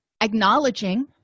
acknowledging